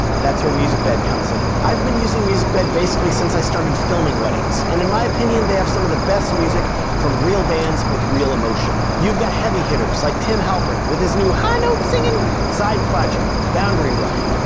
that's where musicbed comes in. i've been using musicbed basically since i started filming weddings, and in my opinion, they have some of the best music from real bands with real emotion. you've got heavy hitters like tim halperin with his new high note singin side project, boundary run.